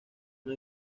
una